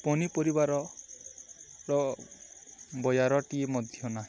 ପନିପରିବାରର ବଜାରଟିଏ ମଧ୍ୟ ନାହିଁ